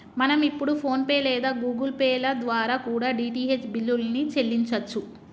మనం ఇప్పుడు PhonePe లేదా గుగుల్ పే ల ద్వారా కూడా డీ.టీ.హెచ్ బిల్లుల్ని చెల్లించచ్చు